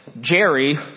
Jerry